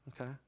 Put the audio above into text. okay